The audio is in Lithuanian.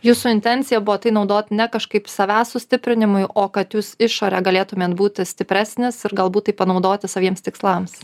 jūsų intencija buvo tai naudot ne kažkaip savęs sustiprinimui o kad jūs išorę galėtumėt būti stipresnis ir galbūt tai panaudoti saviems tikslams